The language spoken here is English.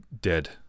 dead